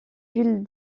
ville